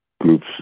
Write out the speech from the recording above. groups